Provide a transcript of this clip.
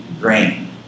grain